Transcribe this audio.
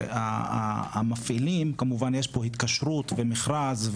שהמפעילים כמובן שיש פה התקשרות ומכרז,